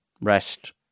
rest